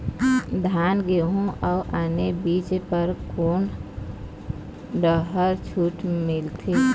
धान गेहूं अऊ आने बीज बर कोन डहर छूट मिलथे?